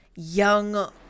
young